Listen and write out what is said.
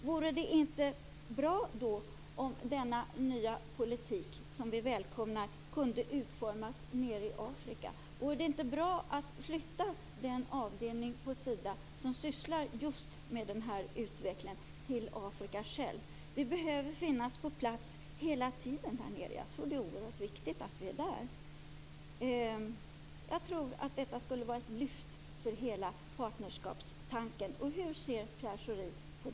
Vore det inte bra om denna nya politik som vi välkomnar kunde utformas i Afrika? Vore det inte bra att flytta den avdelning på Sida som sysslar med den här utvecklingen till Afrika? Vi behöver finnas på plats hela tiden. Jag tror att det är oerhört viktigt att vi är där. Jag tror att detta skulle vara ett lyft för hela partnerskapstanken. Hur ser Pierre Schori på det?